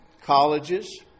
colleges